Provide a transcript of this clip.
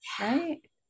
right